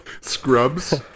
Scrubs